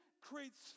creates